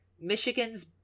Michigan's